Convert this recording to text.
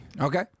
Okay